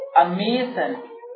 amazing